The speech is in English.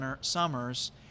summers